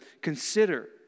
consider